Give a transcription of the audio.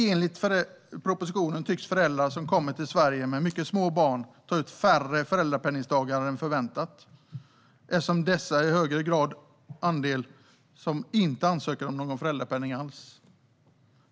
Enligt propositionen tycks föräldrar som kommer till Sverige med mycket små barn ta ut färre föräldrapenningdagar än förväntat, eftersom dessa i högre grad inte ansöker om någon föräldrapenning alls.